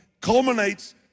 culminates